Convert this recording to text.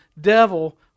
devil